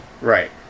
Right